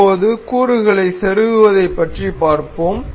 இப்போது கூறுகளைச் செருகுவதைப் பற்றி பார்ப்போம்